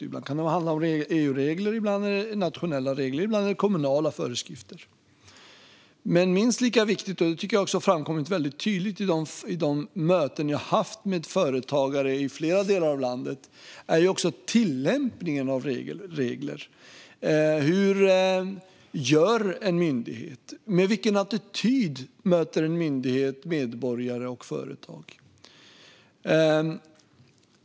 Ibland handlar det om EU-regler och ibland om nationella regler. Och ibland handlar det om kommunala föreskrifter. Minst lika viktigt är tillämpningen av reglerna. Det har också framkommit tydligt i de möten jag har haft med företagare i flera delar av landet. Hur gör en myndighet? Med vilken attityd möter en myndighet medborgare och företag?